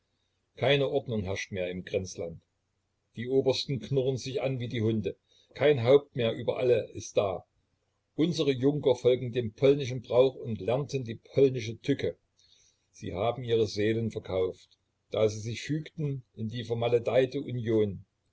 keine ordnung herrscht mehr im grenzland die obersten knurren sich an wie die hunde kein haupt mehr über alle ist da unsere junker folgen dem polnischen brauch und lernten die polnische tücke sie haben ihre seelen verkauft da sie sich fügten in die vermaledeite union